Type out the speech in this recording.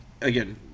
again